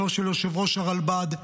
לא של יושב-ראש הרלב"ד.